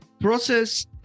process